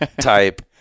type